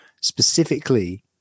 specifically